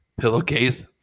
pillowcase